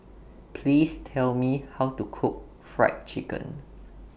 Please Tell Me How to Cook Fried Chicken